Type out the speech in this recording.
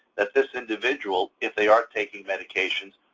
that this individual, if they are taking medications,